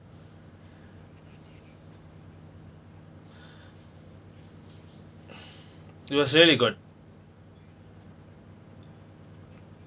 it was really good